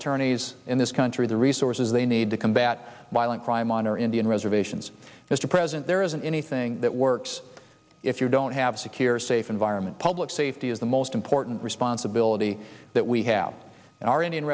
attorneys in this country the resources they need to combat violent crime on our indian reservations mr president there isn't anything that works if you don't have a secure safe environment public safety is the most important responsibility that we have in our indian